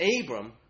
Abram